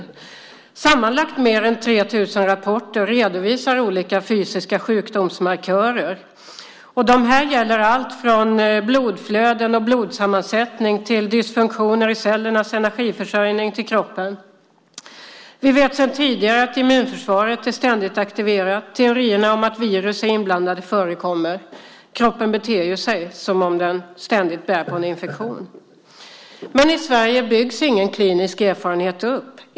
I sammanlagt mer än 3 000 rapporter redovisas olika fysiska sjukdomsmarkörer, och de här gäller allt från blodflöden och blodsammansättning till dysfunktioner i cellernas energiförsörjning till kroppen. Vi vet sedan tidigare att immunförsvaret ständigt är aktiverat. Teorierna om att virus är inblandade förekommer. Kroppen beter ju sig som om den ständigt bär på en infektion. Men i Sverige byggs ingen klinisk erfarenhet upp.